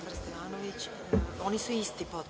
Hvala vam.